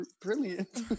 brilliant